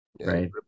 right